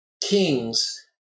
kings